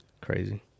crazy